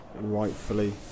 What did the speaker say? rightfully